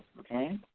okay